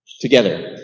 Together